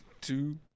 two